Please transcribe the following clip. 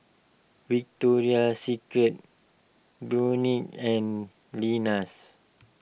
Victoria Secret Burnie and Lenas